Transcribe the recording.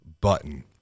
button